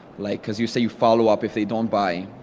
like cause you say you follow up if they don't buy,